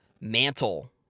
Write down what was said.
mantle